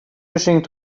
wishing